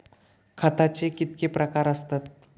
खताचे कितके प्रकार असतत?